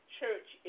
church